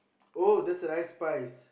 oh that's a nice spice